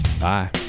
Bye